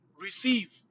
receive